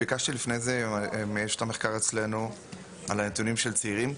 ביקשתי לפני זה מאשת המחקר אצלנו נתונים על הצעירים.